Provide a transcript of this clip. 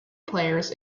players